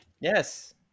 yes